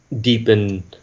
deepen